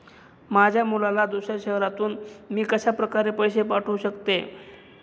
माझ्या मुलाला दुसऱ्या शहरातून मी कशाप्रकारे पैसे पाठवू शकते?